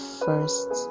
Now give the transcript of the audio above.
first